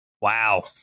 wow